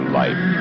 life